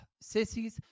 Sissies